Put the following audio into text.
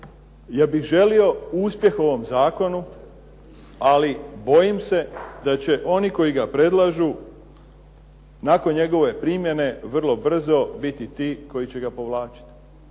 želio bih uspjeh ovom zakonu, ali bojim se da će oni koji ga predlažu nakon njegove primjene vrlo brzo biti ti koji će ga povlačiti.